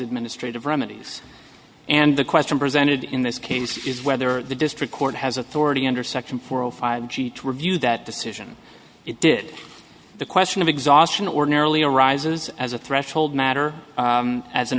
administrative remedies and the question presented in this case is whether the district court has authority under section four hundred five g to review that decision it did the question of exhaustion ordinarily arises as a threshold matter as an